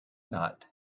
not